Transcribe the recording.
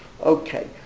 Okay